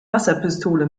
wasserpistole